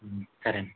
సరే అండి